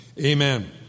amen